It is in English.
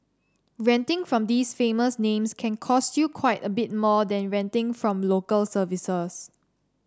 renting from these famous names can cost you quite a bit more than renting from Local Services